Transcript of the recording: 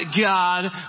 God